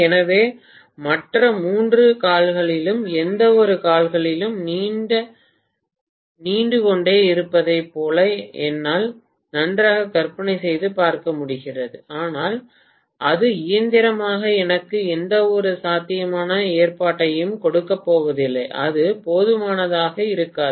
எனவே மற்ற மூன்று கால்களிலும் எந்த ஒரு கால்களிலிருந்தும் நீண்டுகொண்டே இருப்பதைப் போல என்னால் நன்றாக கற்பனை செய்து பார்க்க முடிகிறது ஆனால் அது இயந்திரத்தனமாக எனக்கு எந்தவொரு சாத்தியமான ஏற்பாட்டையும் கொடுக்கப்போவதில்லை அது போதுமானதாக இருக்காது